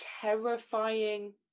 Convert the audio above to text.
terrifying